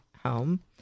home